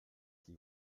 qui